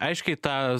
aiškiai tą